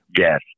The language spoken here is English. Yes